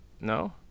No